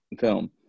film